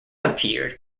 appeared